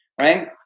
Right